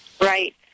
Right